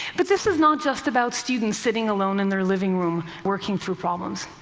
but this is not just about students sitting alone in their living room working through problems.